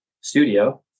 studio